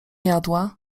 jadła